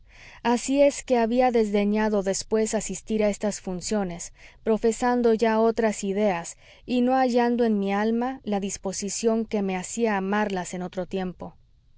así es que había desdeñado después asistir a estas funciones profesando ya otras ideas y no hallando en mi alma la disposición que me hacía amarlas en otro tiempo